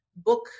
book